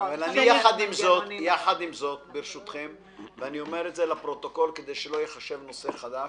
יחד עם זאת ואני אומר את זה לפרוטוקול כדי שלא ייחשב נושא חדש,